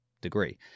degree